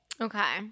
Okay